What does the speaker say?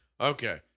Okay